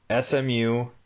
SMU